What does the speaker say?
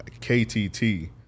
KTT